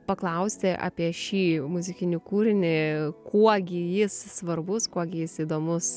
paklausti apie šį muzikinį kūrinį kuo gi jis svarbus kuo gi jis įdomus